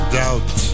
doubt